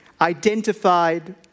identified